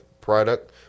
product